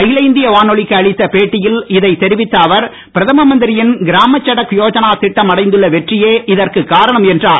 அகில இந்திய வானொலிக்கு அளித்த பேட்டியில் இதை தெரிவித்த அவர் பிரதம மந்திரியின் கிராமின் சடக் யோஜனா திட்டம் அடைந்துள்ள வெற்றியே இதற்கு காரணம் என்றார்